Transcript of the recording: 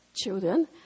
children